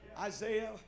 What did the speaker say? Isaiah